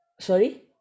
sorry